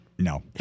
No